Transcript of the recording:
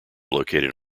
located